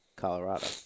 Colorado